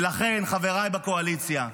ולכן, חבריי בקואליציה,